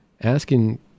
asking